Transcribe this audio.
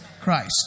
Christ